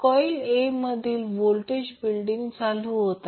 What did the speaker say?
coil A मध्ये voltage building चालू होत आहे